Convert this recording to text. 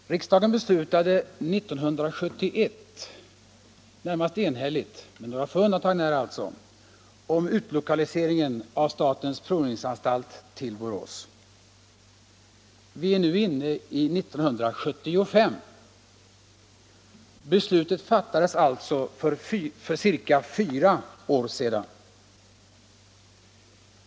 Herr talman! Riksdagen beslutade 1971 närmast enhälligt om utlokaliseringen av statens provningsanstalt till Borås. Vi är nu inne på 1975. Beslutet fattades alltså för ca fyra år sedan.